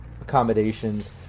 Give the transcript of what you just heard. accommodations